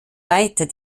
weiter